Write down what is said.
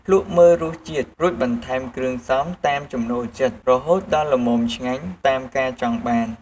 ភ្លក្សមើលរសជាតិ រួចបន្ថែមគ្រឿងផ្សំតាមចំណូលចិត្ត រហូតដល់ល្មមឆ្ងាញ់តាមការចង់បាន។